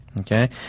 okay